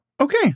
Okay